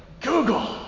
Google